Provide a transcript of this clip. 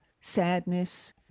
sadness